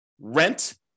rent